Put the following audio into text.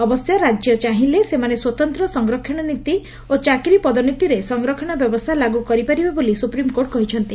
ଅବଶ୍ୟ ରାଜ୍ୟରେ ଚାହିଲେ ସେମାନେ ସ୍ୱତନ୍ତ ସଂରକ୍ଷଣ ନୀତି ଓ ଚାକିରି ପଦୋନୂତିରେ ସଂରକ୍ଷଣ ବ୍ୟବସ୍ରା ଲାଗୁ କରିପାରିବେ ବୋଲି ସୁପ୍ରିମକୋର୍ଟ କହିଛନ୍ତି